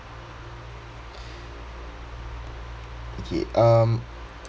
okay um